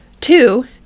Two